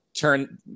turn